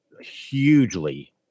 hugely